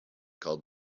called